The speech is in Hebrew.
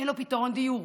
אין לו פתרון דיור,